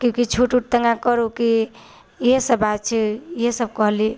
क्यूँकि छूट वूट कनिटा करु कि इएह सभ बात छै इएह सभ कहलि